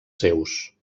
seus